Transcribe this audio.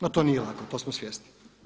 No to nije lako, to smo svjesni.